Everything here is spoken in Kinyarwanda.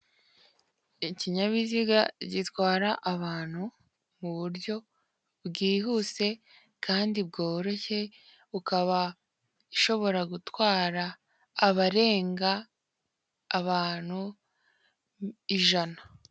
Ikinyabiziga gitwara abantu mu buryo bwihuse, kandi bworoshe, ukaba ushobora gutwara abarenga abantu ijana.